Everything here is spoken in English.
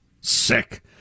Sick